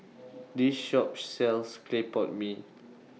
This Shop sells Clay Pot Mee